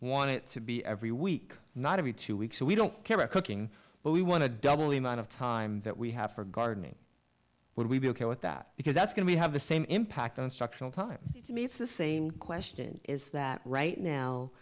want it to be every week not every two weeks so we don't care of cooking but we want to double the amount of time that we have for gardening would we be ok with that because that's going to have the same impact on structural time i mean it's the same question is that right now